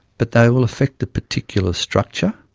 but they will affect a particular structure.